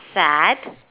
sad